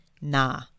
Nah